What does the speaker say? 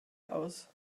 aus